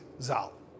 Zal